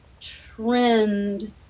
trend